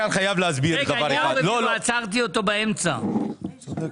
אנחנו עדיין